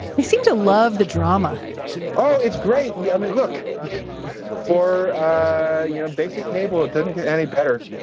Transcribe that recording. they seem to love the drama oh it's great yeah i mean look for you know basic cable it doesn't get any better